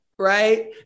right